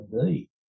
indeed